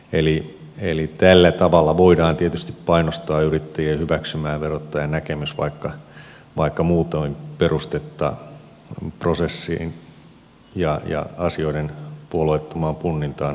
eli tällä tavalla voidaan tietysti painostaa yrittäjiä hyväksymään verottajan näkemys vaikka muutoin perustetta prosessiin ja asioiden puolueettomaan punnintaan olisikin